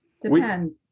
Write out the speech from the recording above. depends